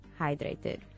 hydrated